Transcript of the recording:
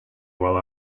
while